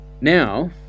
Now